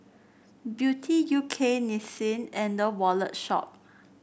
Beauty U K Nissin and The Wallet Shop